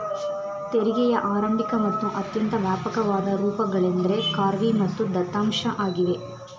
ತೆರಿಗೆಯ ಆರಂಭಿಕ ಮತ್ತು ಅತ್ಯಂತ ವ್ಯಾಪಕವಾದ ರೂಪಗಳೆಂದ್ರೆ ಖಾರ್ವಿ ಮತ್ತು ದತ್ತಾಂಶ ಆಗಿವೆ